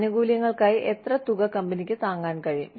ആനുകൂല്യങ്ങൾക്കായി എത്ര തുക കമ്പനിക്ക് താങ്ങാൻ കഴിയും